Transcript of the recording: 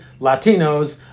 Latinos